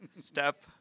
step